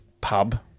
pub